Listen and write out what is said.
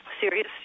serious